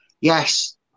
yes